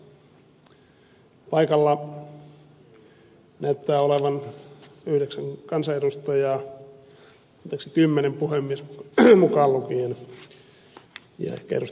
paikalla näyttää olevan yhdeksän kansanedustajaa anteeksi kymmenen puhemies mukaan lukien ja ehkä ed